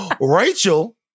Rachel